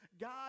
God